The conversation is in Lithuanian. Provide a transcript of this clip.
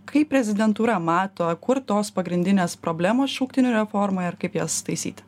kaip prezidentūra mato kur tos pagrindinės problemos šauktinių reformoj ir kaip jas taisyti